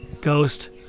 Ghost